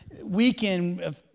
weekend